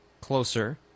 Closer